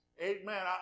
Amen